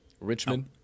richmond